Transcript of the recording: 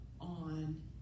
on